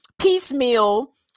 piecemeal